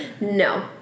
No